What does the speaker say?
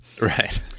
Right